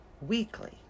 weekly